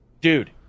Dude